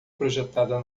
projetada